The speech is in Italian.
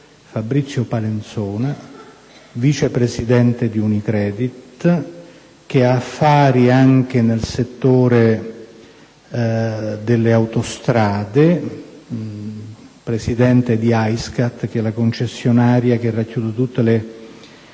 Fabrizio Palenzona, vicepresidente di Unicredit, che ha affari anche nel settore delle autostrade, essendo presidente di Aiscat, la concessionaria che riunisce tutti i